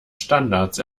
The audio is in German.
standards